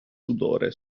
sudore